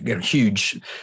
Huge